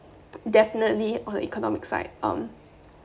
definitely on economic side um